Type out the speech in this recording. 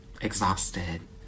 exhausted